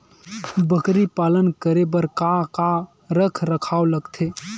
बकरी पालन करे बर काका रख रखाव लगथे?